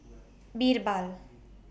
Birbal